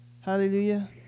Hallelujah